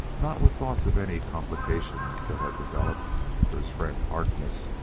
not with thoughts of any complications that had developed for his friend harkness,